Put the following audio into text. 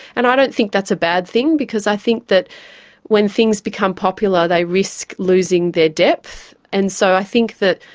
and i don't think that's a bad thing because i think that when things become popular they risk losing their depth. and so i think that,